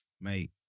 mate